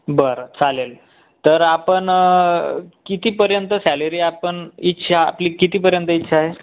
बरं चालेल तर आपण कितीपर्यंत सॅलरी आपण इच्छा आपली कितीपर्यंत इच्छा आहे